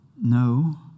No